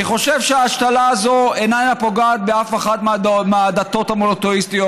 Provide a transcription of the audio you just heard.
אני חושב שההשתלה הזאת אינה פוגעת באף אחת מהדתות המונותיאיסטיות,